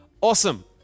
Awesome